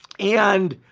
and